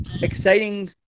exciting